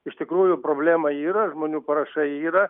iš tikrųjų problema yra žmonių parašai yra